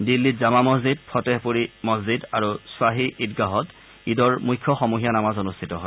দিল্লীত জামা মছজিদ ফটেহপুৰি মছজিদ আৰু শ্বাহী ঈদগাহত ঈদৰ মুখ্য সমূহীয়া নামাজ অনুষ্ঠিত হয়